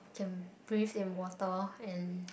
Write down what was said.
can breathe in water and